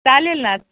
चालेल ना